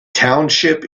township